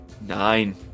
Nine